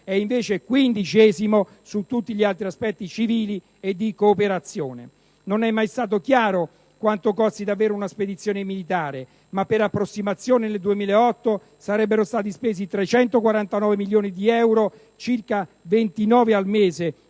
è invece il quindicesimo su tutti gli altri aspetti civili e di cooperazione. Non è mai chiaro quanto costi davvero una spedizione militare, ma per approssimazione nel 2008 sarebbero stati spesi 349 milioni di euro, circa 29 al mese,